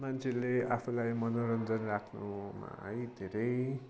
मान्छेले आफूलाई मनोरञ्जन राख्नुमा है धेरै